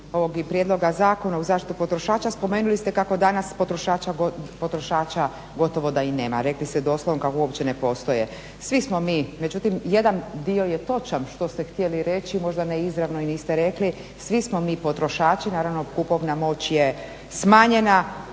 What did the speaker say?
ovog i prijedloga Zakona u zaštitu potrošača spomenuli ste kako danas potrošača gotovo da i nema. Rekli ste doslovno kako uopće ne postoje. Svi smo mi, međutim jedan dio je točan što ste htjeli reći, možda ne izravno i niste rekli, svi smo mi potrošači, naravno kupovna moć je smanjena